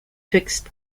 twixt